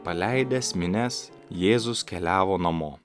paleidęs minias jėzus keliavo namo